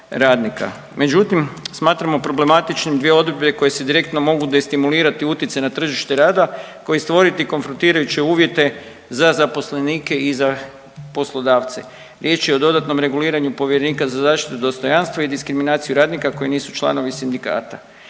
Međutim, smatramo problematičnim dvije odredbe koje se direktno mogu destimulirati utjecaj na tržište rada kao i stvoriti konfrontirajuće uvjete za zaposlenike i za poslodavce. Riječ je o dodatnom reguliranju povjerenika za zaštitu dostojanstva i diskriminaciju radnika koji nisu članovi sindikata.